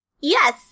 Yes